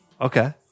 Okay